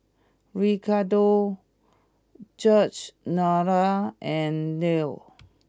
Ricardo Georgeanna and Lew